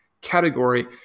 category